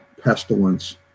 pestilence